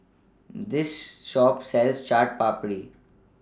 This Shop sells Chaat Papri